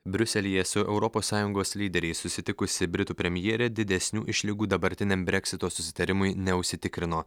briuselyje su europos sąjungos lyderiais susitikusi britų premjerė didesnių išlygų dabartiniam breksito susitarimui neužsitikrino